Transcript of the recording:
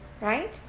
right